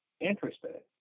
interested